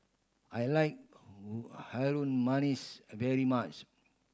I like Harum Manis very much